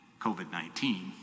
COVID-19